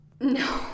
No